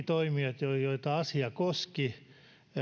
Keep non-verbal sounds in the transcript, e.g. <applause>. <unintelligible> toimijat päättävät elimet joita asia koski